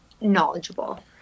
knowledgeable